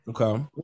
Okay